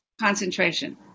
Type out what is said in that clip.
concentration